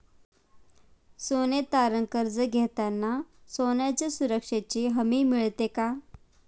सोने तारण कर्ज घेताना सोन्याच्या सुरक्षेची हमी मिळते का?